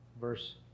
verse